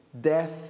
death